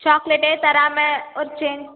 சாக்லேட்டே தராமல் ஒரு சேஞ்ச்